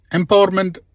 Empowerment